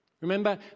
Remember